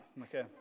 okay